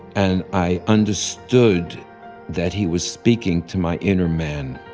and i understood that he was speaking to my inner man.